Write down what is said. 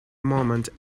moment